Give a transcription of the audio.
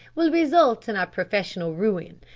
will result in our professional ruin.